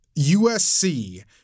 USC